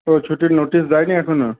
ও ছুটির নোটিশ দেয়নি এখনও